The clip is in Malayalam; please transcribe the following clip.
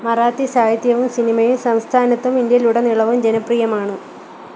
മറാത്തി സാഹിത്യവും സിനിമയും സംസ്ഥാനത്തും ഇന്ത്യയിലുടനീളവും ജനപ്രിയമാണ്